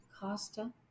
Costa